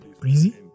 Breezy